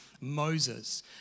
Moses